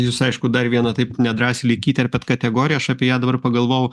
jūs aišku dar vieną taip nedrąsiai lyg įterpėt kategoriją aš apie ją dabar pagalvojau